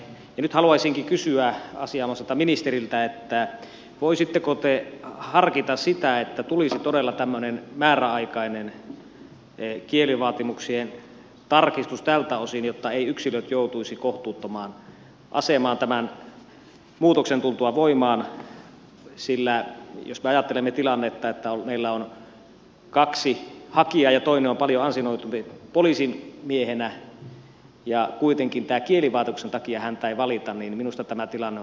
nyt haluaisinkin kysyä asianomaiselta ministeriltä voisitteko te harkita sitä että tulisi todella tämmöinen määräaikainen kielivaatimuksien tarkistus tältä osin jotta eivät yksilöt joutuisi kohtuuttomaan asemaan tämän muutoksen tultua voimaan sillä jos me ajattelemme tilannetta että meillä on kaksi hakijaa ja toinen on paljon ansioituneempi poliisimiehenä mutta kuitenkaan tämän kielivaatimuksen takia häntä ei valita niin minusta tämä tilanne on